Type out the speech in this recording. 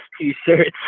t-shirts